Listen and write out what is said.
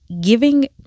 giving